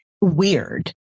weird